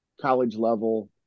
college-level